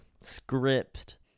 Script